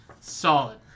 solid